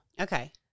Okay